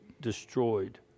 destroyed